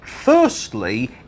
Firstly